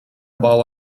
about